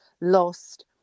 lost